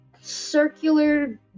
circular